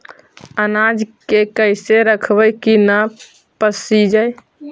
अनाज के कैसे रखबै कि न पसिजै?